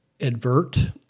advert